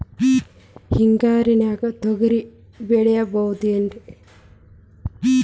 ಹಿಂಗಾರಿನ್ಯಾಗ ತೊಗ್ರಿ ಬೆಳಿಬೊದೇನ್ರೇ?